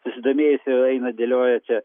susidomėjusi eina dėlioja čia